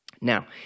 Now